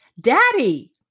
Daddy